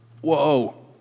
whoa